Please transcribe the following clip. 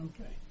Okay